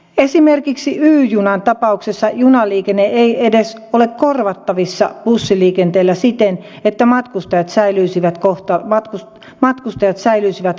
esimerkiksi y junan tapauksessa junaliikenne ei edes ole korvattavissa bussiliikenteellä siten että matka ajat säilyisivät kohtalaisina